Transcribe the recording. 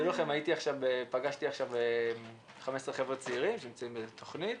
פגשתי עכשיו 15 חברים צעירים שנמצאים באיזו תוכנית.